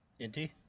Inti